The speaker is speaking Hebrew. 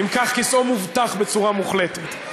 אם כך, כסאו מובטח בצורה מוחלטת.